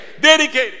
Dedicated